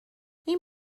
این